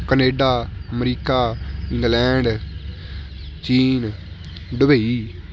Canada America England ਚੀਨ Dubai